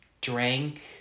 drink